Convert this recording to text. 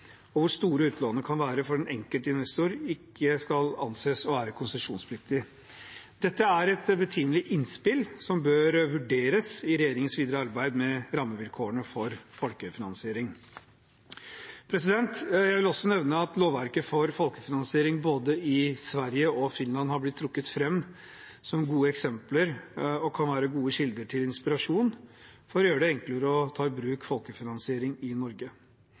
og hvor store utlånene kan være for at den enkelte investor ikke skal anses å være konsesjonspliktig. Dette er et betimelig innspill, som bør vurderes i regjeringens videre arbeid med rammevilkårene for folkefinansiering. Jeg vil også nevne at lovverket for folkefinansiering både i Sverige og Finland har blitt trukket fram som gode eksempler og kan være gode kilder til inspirasjon for å gjøre det enklere å ta i bruk folkefinansiering i Norge.